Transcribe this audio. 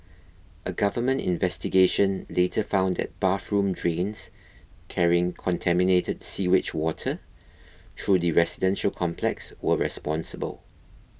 a government investigation later found that bathroom drains carrying contaminated sewage water through the residential complex were responsible